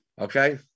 Okay